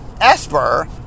Esper